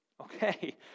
Okay